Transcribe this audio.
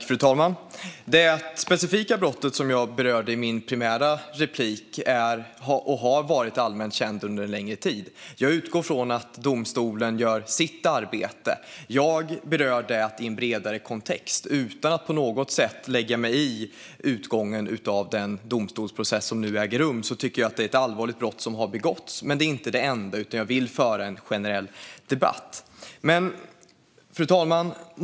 Fru talman! Det specifika brottet som jag berörde i mitt primära inlägg har varit allmänt känt under en längre tid. Jag utgår från att domstolen gör sitt arbete. Jag berörde brottet i en bredare kontext. Utan att på något sätt lägga mig i utgången av den domstolsprocess som nu äger rum tycker jag att det är ett allvarligt brott som har begåtts. Men det är inte det enda, utan jag vill föra en generell debatt. Fru talman!